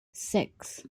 six